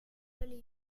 valait